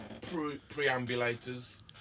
preambulators